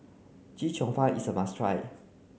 Chee Cheong Fun is a must try